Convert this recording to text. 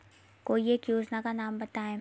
कोई एक योजना का नाम बताएँ?